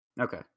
Okay